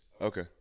Okay